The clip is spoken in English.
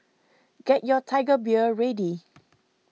get your Tiger Beer ready